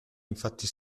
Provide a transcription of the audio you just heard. infatti